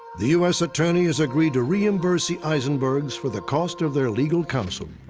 the us attorney has agreed to reimburse the aisenbergs for the cost of their legal counsel.